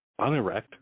unerect